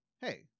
Hey